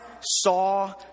saw